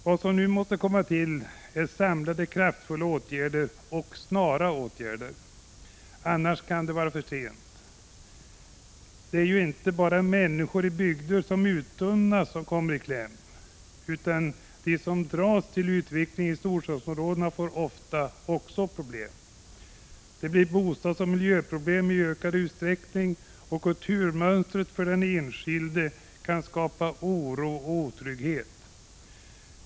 Vad som nu måste komma till är samlade, kraftfulla åtgärder — och snara åtgärder, annars kan det vara för sent. Det är ju inte bara människor i bygder som uttunnas som kommer i kläm. Även de som dras till utvecklingen i storstadsområdet får ofta problem. Bostadsoch miljöproblemen ökar, och kulturmönstret för den enskilde kan skapa oro och otrygghet.